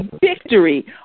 victory